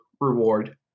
reward